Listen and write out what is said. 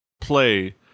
play